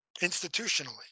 institutionally